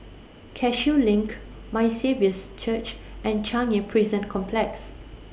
Cashew LINK My Saviour's Church and Changi Prison Complex